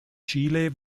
chile